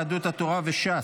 יהדות התורה וש"ס.